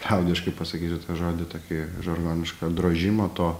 liaudiškai pasakysiu tą žodį tokį žargonišką drožimo to